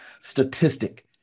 statistic